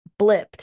blipped